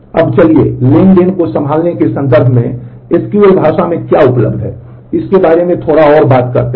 अब चलिए ट्रांज़ैक्शन को सँभालने के संदर्भ में SQL भाषा में क्या उपलब्ध है इसके बारे में थोड़ा और बात करते हैं